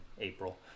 april